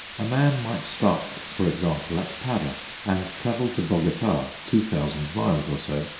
a man might start, for example, at para, and travel to bogota, two thousand miles or so,